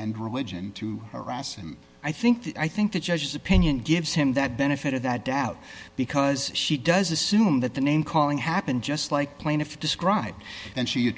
and religion to harass and i think that i think the judge's opinion gives him that benefit of that doubt because she does assume that the name calling happened just like plaintiff described and she a